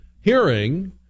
hearing